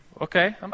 Okay